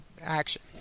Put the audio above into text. action